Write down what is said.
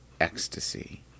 ecstasy